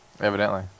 Evidently